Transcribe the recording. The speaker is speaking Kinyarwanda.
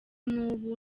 n’ubu